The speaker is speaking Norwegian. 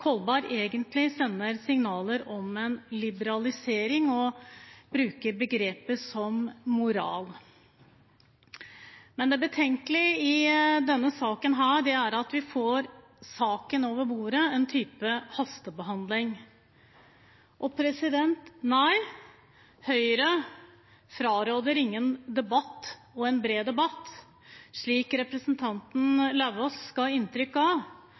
Kolberg egentlig sender signaler om en liberalisering og bruker begreper som «moral». Men det betenkelige i denne saken er at vi får saken over bordet, en type hastebehandling. Nei, Høyre fraråder ingen bred debatt, slik representanten Lauvås ga inntrykk av,